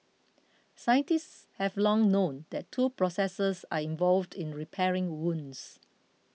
scientists have long known that two processes are involved in repairing wounds